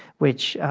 which,